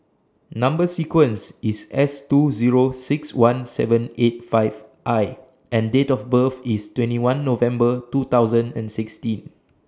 Number sequence IS S two Zero six one seven eight five I and Date of birth IS twenty one November two thousand and sixteen